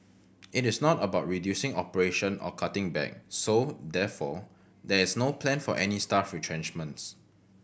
it is not about reducing operation or cutting back so therefore there is no plan for any staff retrenchments